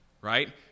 right